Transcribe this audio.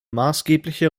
maßgebliche